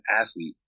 athlete